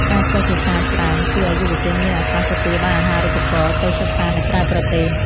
ការចេះភាសាច្រើនជួយឱ្យយុវជនមានឱកាសទទួលបានអាហារូបករណ៍ទៅសិក្សានៅក្រៅប្រទេស។